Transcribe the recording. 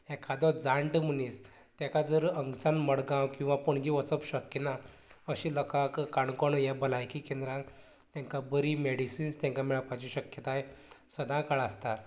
एखादो जाण्टो मनीस तेका जर हांगसान मडगांव किंवां पणजे वचप शक्य ना अशें लोकांक काणकोण हें भलायकी केंद्रान तेंका बरी मेडिसिन्स तेंकां मेळपाची शक्यताय सदांकाळ आसता